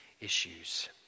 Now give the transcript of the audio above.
issues